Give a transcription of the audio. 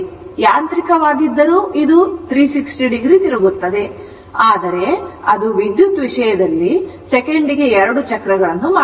ಯಾಂತ್ರಿಕವಾಗಿದ್ದರೂ ಇದು 360 ಡಿಗ್ರಿ ತಿರುಗುತ್ತದೆ ಆದರೆ ಅದು ವಿದ್ಯುತ್ ವಿಷಯದಲ್ಲಿ ಸೆಕೆಂಡಿಗೆ 2 ಚಕ್ರಗಳನ್ನು ಮಾಡುತ್ತದೆ